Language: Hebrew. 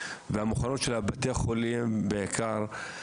והמוכנות של בתי החולים בעיקר.